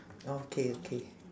okay okay